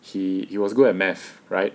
he was good at math right